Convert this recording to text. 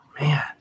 man